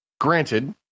granted